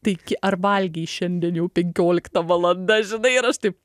taigi ar valgei šiandien jau penkiolikta valanda žinai ir aš taip